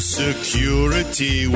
security